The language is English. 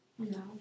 No